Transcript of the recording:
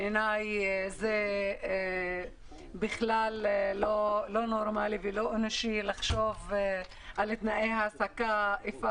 בעיניי זה בכלל לא נורמלי ולא אנושי לחשוב על תנאי העסקה איפה